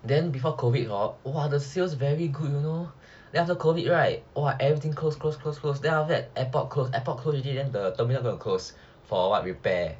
then before COVID hor !wah! the sales very good you know then after COVID right then everything close close close close then after that airport closed airport close then the terminal going to close for what repair